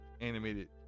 animated